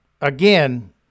again